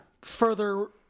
further